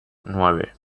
nueve